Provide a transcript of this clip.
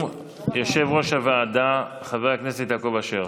יושב-ראש הוועדה חבר הכנסת יעקב אשר.